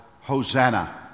Hosanna